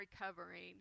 recovering